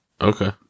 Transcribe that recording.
Okay